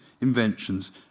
inventions